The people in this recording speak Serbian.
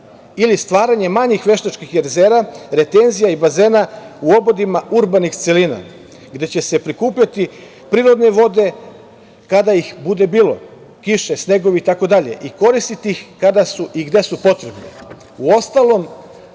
ili stvaranjem manjih veštačkih jezera, retenzija i bazena u obodima urbanih celina, gde će se prikupljati prirodne vode kada ih bude bilo, kiše, snegovi itd. i koristiti ih kada su i gde su potrebni. Uostalom,